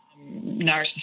Narcissism